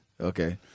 Okay